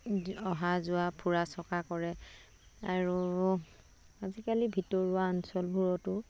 অহা যোৱা ফুৰা চকা কৰে আৰু আজিকালি ভিতৰুৱা অঞ্চলবোৰতো